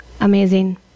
Amazing